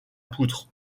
poutre